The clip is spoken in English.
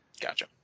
Gotcha